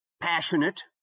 passionate